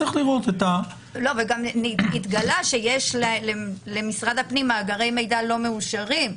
גם התגלה שיש למשרד הפנים מאגרי מידע לא מאושרים.